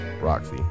Roxy